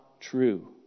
true